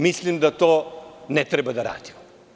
Mislim da to ne treba da radimo.